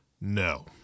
No